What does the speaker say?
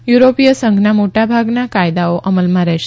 યુરોપીય સંઘના મોટા ભાગના કાયદાઓ અમલમાં રહેશે